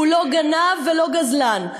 הוא לא גנב ולא גזלן.